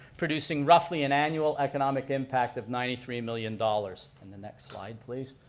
producing roughly an annual economic impact of ninety three million dollars. and the next slide please.